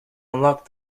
unlocked